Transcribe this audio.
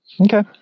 okay